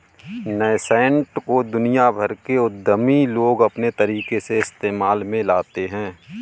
nascent को दुनिया भर के उद्यमी लोग अपने तरीके से इस्तेमाल में लाते हैं